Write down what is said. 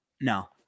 No